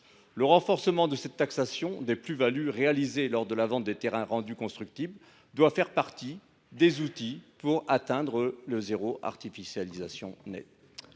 Le renforcement de cette taxation des plus values réalisées lors de la vente de terrains rendus constructibles doit faire partie des outils nous permettant d’atteindre l’objectif de zéro artificialisation nette.